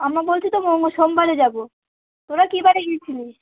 আমরা বলছি তো মো সোমবারে যাবো তোরা কী বারে গিয়েছিলিস